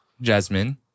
Jasmine